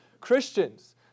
Christians